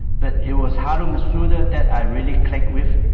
but it was haruo masuda that i really clicked with